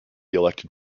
elected